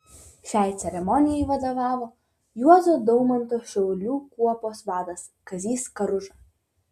šiai ceremonijai vadovavo juozo daumanto šaulių kuopos vadas kazys karuža